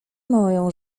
moją